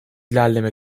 ilerleme